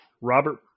Robert